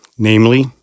Namely